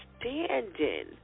standing